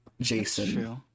Jason